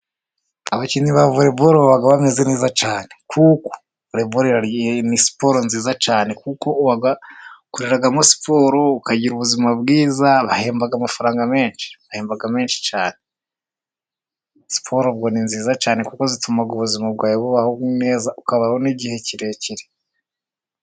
Abakinnyi ba volebolo baba bameze neza cyane, kuko ni siporo nziza cyane kuko wakoreramo siporo ukagira ubuzima bwiza bahemba amafaranga menshi ,bahemba menshi cyane. Siporo ubwo ni nziza cyane kuko zituma ubuzima bwawe bubaho ukaba n'igihe kirekire.